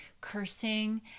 cursing